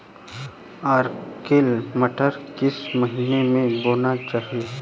Arkel मटर किस महीना में बोना चाहिए?